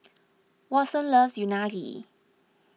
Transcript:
Watson loves Unagi